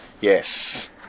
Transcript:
yes